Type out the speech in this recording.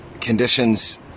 conditions